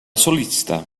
solista